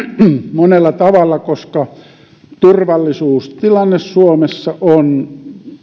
monella tavalla koska turvallisuustilanne suomessa on